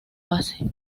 base